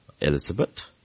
Elizabeth